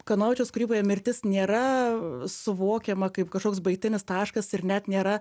kanovičiaus kūryboje mirtis nėra suvokiama kaip kažkoks baigtinis taškas ir net nėra